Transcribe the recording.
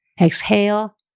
exhale